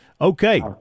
Okay